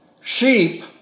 sheep